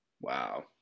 Wow